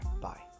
bye